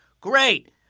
Great